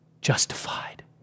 justified